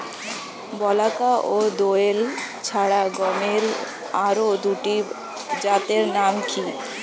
বলাকা ও দোয়েল ছাড়া গমের আরো দুটি জাতের নাম কি?